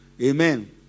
Amen